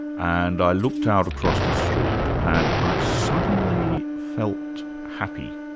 and i looked out across the street, and i suddenly felt happy.